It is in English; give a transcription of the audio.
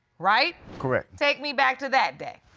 right? correct. take me back to that day.